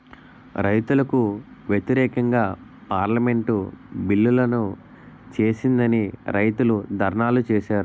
రైతులకు వ్యతిరేకంగా పార్లమెంటు బిల్లులను చేసిందని రైతులు ధర్నాలు చేశారు